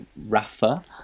rafa